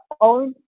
own